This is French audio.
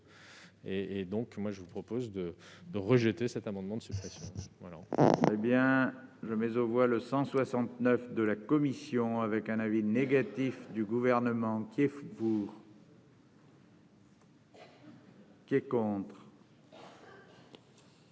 nos concitoyens. Je vous propose de rejeter cet amendement de suppression.